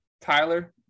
Tyler